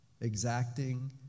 exacting